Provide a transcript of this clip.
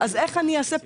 אז איך אני אעשה פריסה?